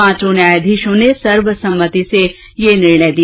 पांचों न्यायाधीशों ने सर्वसम्मति से यह निर्णय दिया